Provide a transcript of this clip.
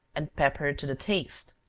and pepper to the taste.